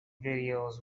videos